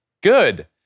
good